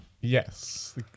Yes